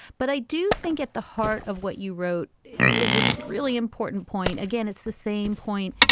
but i do think at the heart of what you wrote is this really important point. again, it's the same point.